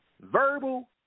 verbal